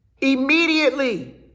immediately